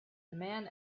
man